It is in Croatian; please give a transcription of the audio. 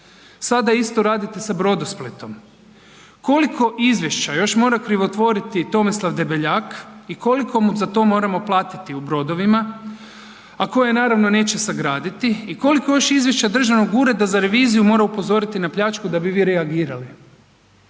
sada isto radite sa Brodosplitom. Koliko Izvješća još mora krivotvoriti Tomislav Debeljak i koliko mu za to moramo platiti u brodovima, a koje naravno neće sagraditi, i koliko još Izvješća Državnog ureda za reviziju mora upozoriti na pljačku da bi vi reagirali?